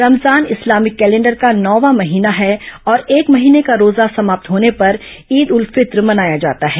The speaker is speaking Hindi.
रमजान इस्लामिक कैलेंडर का नौवां महीना है और एक महीने का रोजा समाप्त होने पर ईद उल फित्र मनाया जाता है